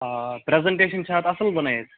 آ پرٛٮ۪زَنٹیشَن چھےٚ اَتھ اَصٕل بَنٲیِتھ